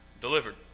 delivered